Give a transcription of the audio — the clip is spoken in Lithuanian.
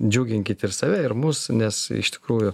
džiuginkit ir save ir mus nes iš tikrųjų